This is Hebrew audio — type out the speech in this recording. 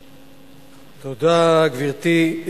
גברתי,